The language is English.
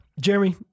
Jeremy